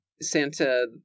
Santa